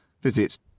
visit